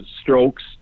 strokes